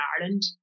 Ireland